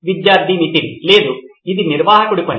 విద్యార్థి నితిన్ లేదు ఇది నిర్వాహకుడి పని